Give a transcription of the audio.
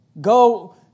Go